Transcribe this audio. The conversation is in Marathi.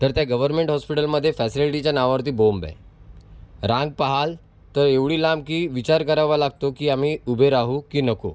तर त्या गवर्मेंट हॉस्पिटलमध्ये फॅसिलिटीच्या नावावरती बोंब आहे रांग पाहाल तर एवढी लांब की विचार करावा लागतो की आम्ही उभे राहू की नको